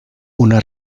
una